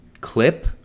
clip